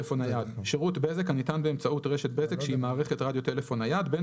"שירות רדיו טלפון נייד" - שירות בזק הניתן